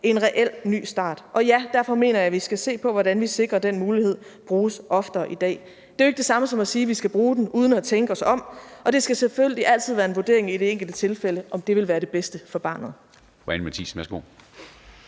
en reel ny start. Og ja, derfor mener jeg, at vi skal se på, hvordan vi sikrer, at den mulighed bruges oftere i dag. Det er jo ikke det samme som at sige, at vi skal bruge den uden at tænke os om, og det skal selvfølgelig altid være en vurdering i det enkelte tilfælde, om det vil være det bedste for barnet.